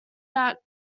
that